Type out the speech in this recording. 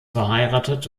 verheiratet